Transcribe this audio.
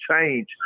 change